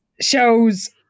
shows